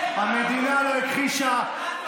המדינה לא הכחישה,